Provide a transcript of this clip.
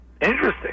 Interesting